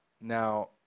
Now